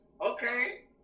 Okay